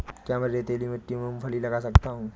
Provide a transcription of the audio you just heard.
क्या मैं रेतीली मिट्टी में मूँगफली लगा सकता हूँ?